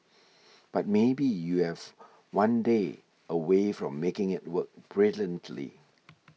but maybe you have one day away from making it work brilliantly